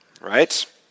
right